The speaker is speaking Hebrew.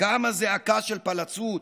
קמה זעקה של פלצות.